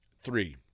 three